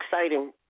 exciting